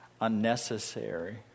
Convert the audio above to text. unnecessary